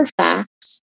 facts